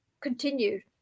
continued